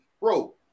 bro